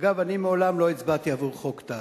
אגב, אני מעולם לא הצבעתי עבור חוק טל,